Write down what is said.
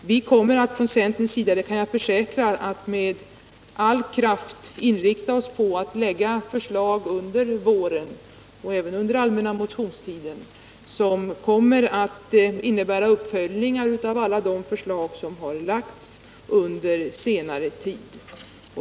Vi kommer från centerns sida — det kan jag försäkra — att med all kraft inrikta oss på att lägga fram förslag under våren och även under allmänna motionstiden som innebär uppföljningar av alla de förslag som har framlagts under senare tid.